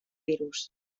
virus